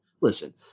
listen